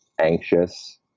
anxious